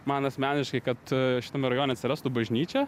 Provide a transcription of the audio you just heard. man asmeniškai kad šitame rajone atsirastų bažnyčia